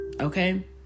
Okay